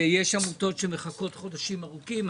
שנאמר שיש עמותות שמחכות חודשים ארוכים.